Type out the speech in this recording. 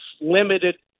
limited